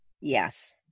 Yes